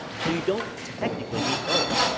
so you don't technically need both,